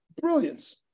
Brilliance